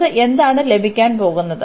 നമുക്ക് എന്താണ് ലഭിക്കാൻ പോകുന്നത്